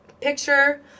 picture